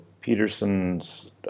Peterson's